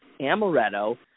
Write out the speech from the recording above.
amaretto